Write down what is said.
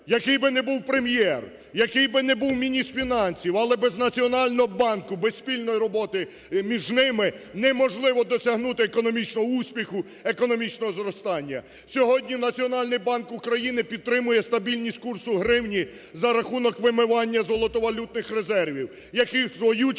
який би не був прем'єр, який би не був міністр фінансів, але без Національного банку, без спільної роботи між ними - неможливо досягнути економічного успіху, економічного зростання. Сьогодні Національний банк України підтримує стабільність курсу гривні за рахунок вимивання золотовалютних резервів, які в свою чергу